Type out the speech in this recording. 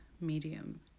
medium